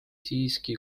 siiski